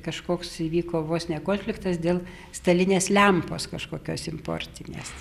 kažkoks įvyko vos ne konfliktas dėl stalinės lempos kažkokios importinės